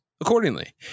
accordingly